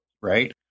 Right